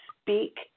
speak